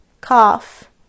cough